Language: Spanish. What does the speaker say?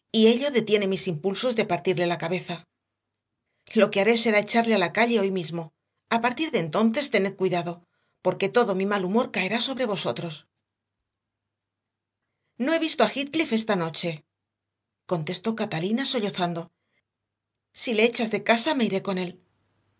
y ello detiene mis impulsos de partirle la cabeza lo que haré será echarle a la calle hoy mismo y a partir de entonces tened cuidado porque todo mi mal humor caerá sobre vosotros no he visto a heathcliff esta noche contestó catalina sollozando si le echas de casa me iré con él